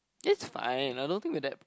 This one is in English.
it's fine I don't think with that